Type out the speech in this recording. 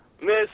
Miss